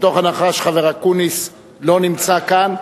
מתוך הנחה שהחבר אקוניס לא נמצא כאן,